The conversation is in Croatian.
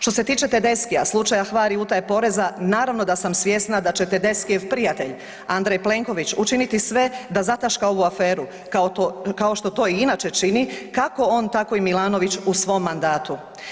Što se tiče Tedeschija, slučaja Hvar i utaje poreza, naravno da sam svjesna da će Tedeschijev prijatelj Andrej Plenković učiniti sve da zataška ovu aferu kao što to i inače čini, kako on tako i Milanović u svom mandatu.